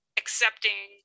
accepting